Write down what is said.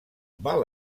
val